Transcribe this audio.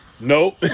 Nope